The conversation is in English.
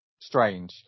strange